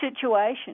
situation